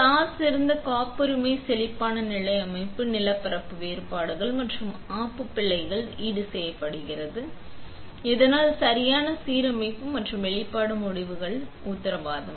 sauce இருந்து காப்புரிமை செழிப்பான நிலை அமைப்பு நிலப்பரப்பு வேறுபாடுகள் மற்றும் ஆப்பு பிழைகள் ஈடுசெய்கிறது இதனால் சரியான சீரமைப்பு மற்றும் வெளிப்பாடு முடிவுகளை உத்தரவாதம்